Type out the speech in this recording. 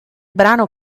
brano